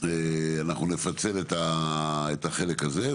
אנחנו נפצל את החלק הזה.